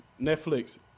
Netflix